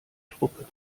truppe